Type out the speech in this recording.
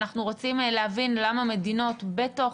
ואנחנו רוצים להבין למה מדינות בתוך